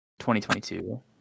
2022